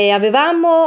avevamo